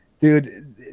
Dude